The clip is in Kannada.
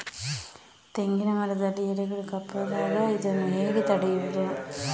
ತೆಂಗಿನ ಮರದಲ್ಲಿ ಎಲೆಗಳು ಕಪ್ಪಾದಾಗ ಇದನ್ನು ಹೇಗೆ ತಡೆಯುವುದು?